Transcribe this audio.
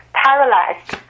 paralyzed